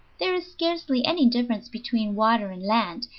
there is scarcely any difference between water and land,